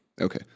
Okay